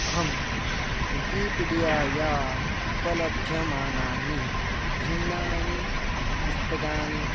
अहं विकीपिडिया उपलभ्यमानानि भिन्नानि पुस्तकानि